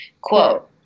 quote